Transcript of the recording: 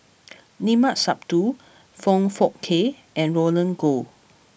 Limat Sabtu Foong Fook Kay and Roland Goh